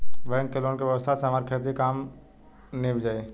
bank के loan के व्यवस्था से हमार खेती के काम नीभ जाई